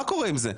מה קורה עם זה?